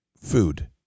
food